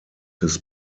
his